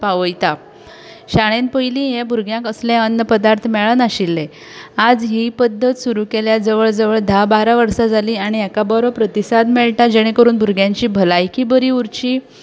पावयता शाळेन पयली हे भुरग्यांक असले अन्न पदार्थ मेळनाशिल्ले आज ही पद्दत सुरू केल्या जवळ जवळ धा बरा वर्सां जाली आनी हेका बरो प्रतिसाद मेळटा जेणे करून भुरग्यांची भलायकी बरी उरची